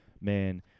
man